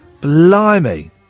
Blimey